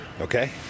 Okay